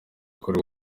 kuri